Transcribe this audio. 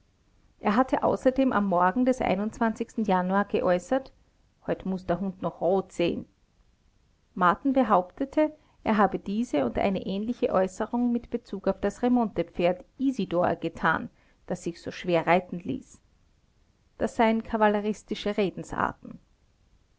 er hatte außerdem am morgen des januar geäußert heute muß der hund noch rot sehen marten behauptete er habe diese und eine ähnliche äußerung mit bezug auf das remontepferd isidor getan das sich so schwer reiten ließ das seien kavalleristische redensarten